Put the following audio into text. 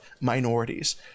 minorities